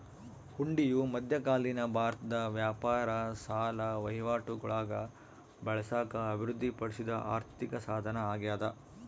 ಹುಂಡಿಯು ಮಧ್ಯಕಾಲೀನ ಭಾರತದ ವ್ಯಾಪಾರ ಸಾಲ ವಹಿವಾಟುಗುಳಾಗ ಬಳಸಾಕ ಅಭಿವೃದ್ಧಿಪಡಿಸಿದ ಆರ್ಥಿಕಸಾಧನ ಅಗ್ಯಾದ